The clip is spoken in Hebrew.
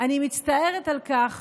אני מצטערת על כך